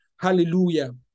Hallelujah